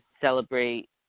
celebrate